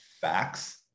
facts